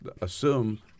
assume